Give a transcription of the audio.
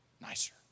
nicer